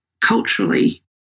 culturally